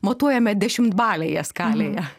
matuojame dešimtbalėje skalėje